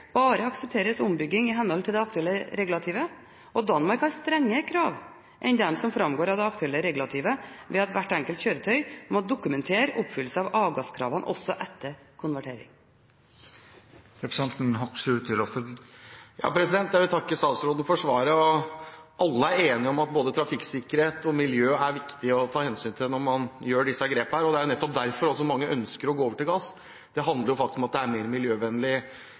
bare aksepteres ombygging i henhold til det aktuelle regulativet. Danmark har strengere krav enn dem som framgår av det aktuelle regulativet, ved at hvert enkelt kjøretøy må dokumentere oppfyllelse av avgasskravene også etter konvertering. Jeg takker statsråden for svaret. Alle er enige om at både trafikksikkerhet og miljø er det viktig å ta hensyn til når man gjør disse grepene, og det er nettopp derfor mange ønsker å gå over til gass. Det handler om at det er mer miljøvennlig